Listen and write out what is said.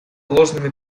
ложными